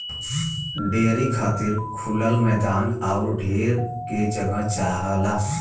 dairy खातिर खुलल मैदान आउर ढेर के जगह चाहला